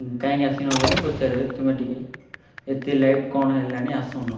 କାହିଁକି ଆସିନ ବୋଲି ପଚାରିବେ ତୁମେ ଟିକେ ଏତେ ଲେଟ୍ କ'ଣ ହେଲାଣି ଆସୁନ